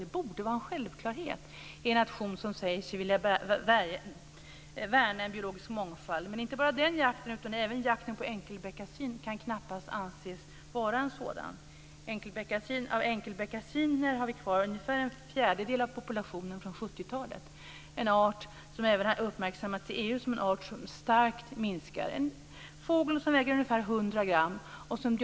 Det borde vara en självklarhet för en nation som säger sig vilja värna en biologisk mångfald. Men inte bara den jakten, utan även jakten på enkelbeckasin kan knappast anses vara försvarbar. Den arten har även uppmärksammats i EU som en art som minskar starkt. Det är en fågel som väger ungefär 100 gram.